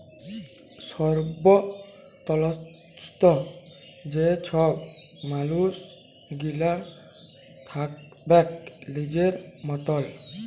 স্বতলত্র যে ছব মালুস গিলা থ্যাকবেক লিজের মতল